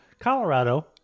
Colorado